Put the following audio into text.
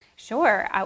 Sure